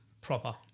proper